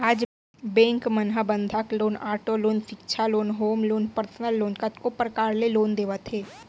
आज बेंक मन ह बंधक लोन, आटो लोन, सिक्छा loan, home loan, personal loan कतको परकार ले लोन देवत हे